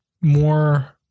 more